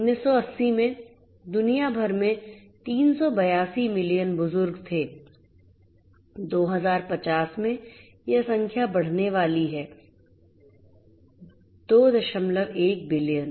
1980 में दुनिया भर में 382 मिलियन बुजुर्ग थे 2050 में यह संख्या बढ़ने वाली है 21 बिलियन